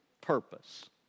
purpose